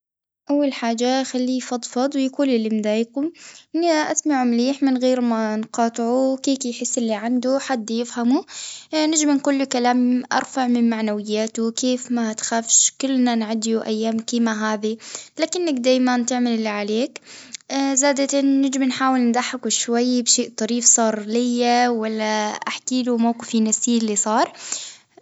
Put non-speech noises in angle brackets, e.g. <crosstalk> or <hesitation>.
أول حاجة هخليه يفضفض ويقول اللي مضايقه <hesitation> أسمع مليح من غير ما نقاطعه كيك يحس اللي عنده حد يفهمه، نجم نقوله كلام أرفع من معنوياته وكيف ما تخافش كلنا نعدي وأيام كيما هادي، لكنك دايمًا تعمل اللي عليك <hesitation> زادت بنحاول نضحكه شوية بشيء طريف صار ليا ولا أحكي له موقف ينسيه اللي صار.